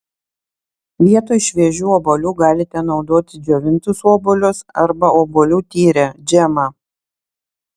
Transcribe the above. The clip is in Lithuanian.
vietoj šviežių obuolių galite naudoti džiovintus obuolius arba obuolių tyrę džemą